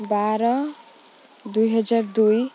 ବାର ଦୁଇହଜାର ଦୁଇ